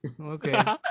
Okay